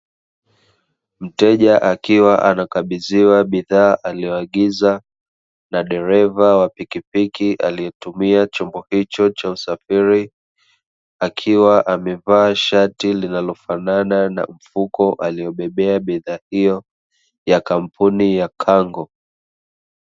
Mteja akiwa anakabidhiwa bidhaa aliyoagiza na dereva wa pikipiki alietumia chombo hicho cha usafiri. Akiwa amevaa shati linalofanana na mfuko aliobebea bidhaa hiyo ya kampuni ya kango.